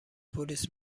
پلیس